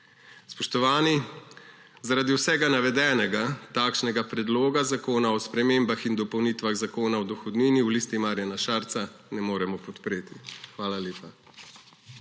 Spoštovani, zaradi vsega navedenega takšnega Predloga zakona o spremembah in dopolnitvah Zakona o dohodnini v Listi Marjana Šarca ne moremo podpreti. Hvala lepa.